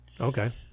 Okay